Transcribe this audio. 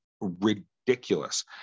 ridiculous